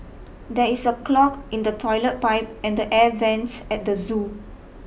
there is a clog in the toilet pipe and the air vents at the zoo